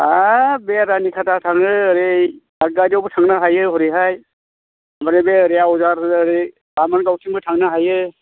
हाब बे रानिखाता थाङो ओरै दादगारियावबो थांनो हायो हरैहाय ओमफ्राय बे ओरै आवजार ओरै बामोनगावथिंबो थांनो हायो